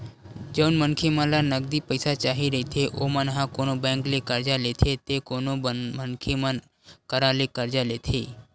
जउन मनखे मन ल नगदी पइसा चाही रहिथे ओमन ह कोनो बेंक ले करजा लेथे ते कोनो मनखे मन करा ले करजा लेथे